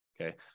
okay